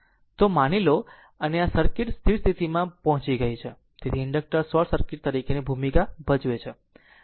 તો અને માની લો અને સર્કિટ સ્થિર સ્થિતિમાં પહોંચી ગઈ છે તેથી ઇન્ડક્ટર શોર્ટ સર્કિટ તરીકેની ભૂમિકા ભજવે છે